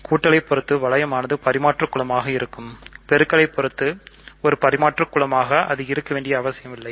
கூட்டலை பொறுத்து வளையமனது பரிமாற்றுக் குலமாக இருக்கும் பெருக்கல் பொறுத்து ஒரு பரிமாற்றுக் குலமாக அது இருக்க வேண்டிய அவசியமில்லை